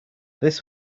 this